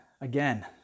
again